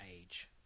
age